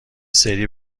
سری